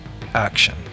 action